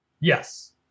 Yes